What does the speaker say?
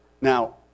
Now